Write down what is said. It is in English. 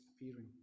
appearing